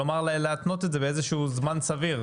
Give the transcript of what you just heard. כלומר, להתנות את זה באיזה שהוא זמן סביר?